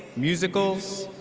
musicals,